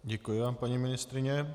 Děkuji vám, paní ministryně.